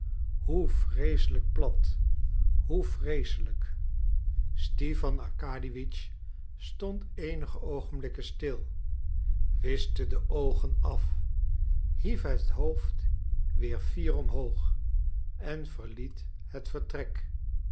hoe vreeselijk plat hoe vreeselijk stipan arkadiewitsch stond eenige oogenblikken stil wischte de oogen af hief het hoofd weer fier omhoog en verliet het vertrek